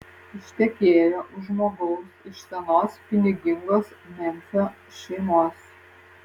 ištekėjo už žmogaus iš senos pinigingos memfio šeimos